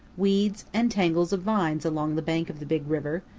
weeds and tangles of vines along the bank of the big river,